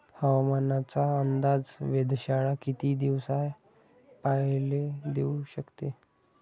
हवामानाचा अंदाज वेधशाळा किती दिवसा पयले देऊ शकते?